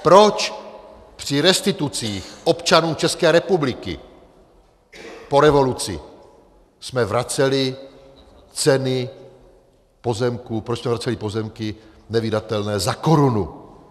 Proč při restitucích občanů České republiky po revoluci jsme vraceli ceny pozemků, proč jsme vraceli pozemky nevydatelné za korunu?